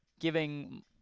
Giving